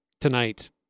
tonight